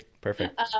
Perfect